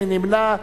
מי נמנע?